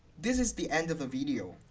this is the end of the video.